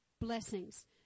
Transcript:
blessings